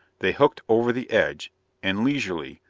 they hooked over the edge and leisurely,